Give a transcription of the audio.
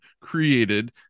created